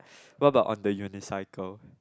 what about on the unicycle